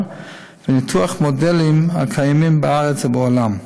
וניתוח המודלים הקיימים בארץ ובעולם.